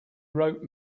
wrote